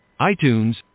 iTunes